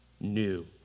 new